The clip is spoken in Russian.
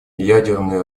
ядерное